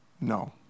no